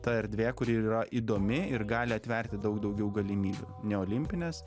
ta erdvė kuri yra įdomi ir gali atverti daug daugiau galimybių neolimpinės